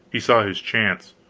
he saw his chance.